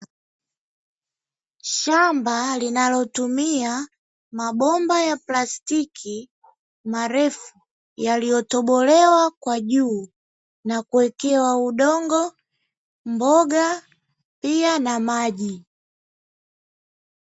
Shamba linalotumia mabomba ya plastiki marefu yaliyotobolewa kwa juu na kuwekewa udongo, mboga pia na maji.